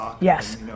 yes